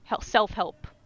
self-help